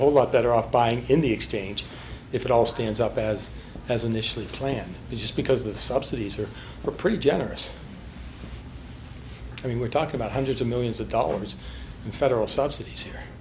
whole lot better off buying in the exchange if it all stands up as as initially planned just because the subsidies are pretty generous i mean we're talking about hundreds of millions of dollars in federal subsidies here